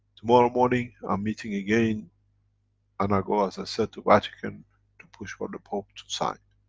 tomorrow morning i'm meeting again and i go, as i said, to vatican to push for the pope to sign.